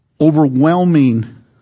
overwhelming